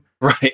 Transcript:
Right